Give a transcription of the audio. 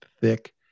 thick